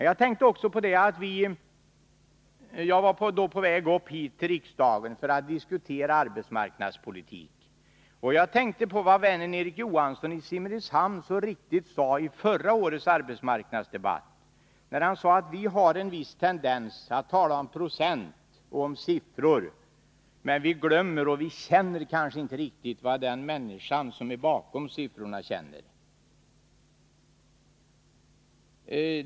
Jag var då på väg upp hit till riksdagen för att diskutera arbetsmarknadspolitik. Och jag tänkte på vad vännen Erik Johansson i Simrishamn så riktigt sade i förra årets arbetsmarknadsdebatt: Vi har en viss tendens att tala om procent och siffror, men vi glömmer och förstår kanske inte riktigt vad den människa som är bakom siffrorna känner.